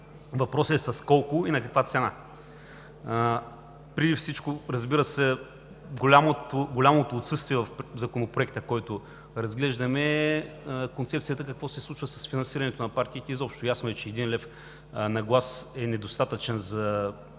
въпросът е с колко и на каква цена? Преди всичко, разбира се, голямото отсъствие в Законопроекта, който разглеждаме, е концепцията какво се случва с финансирането на партиите изобщо? Ясно е, че 1 лв. на глас е недостатъчен за всяка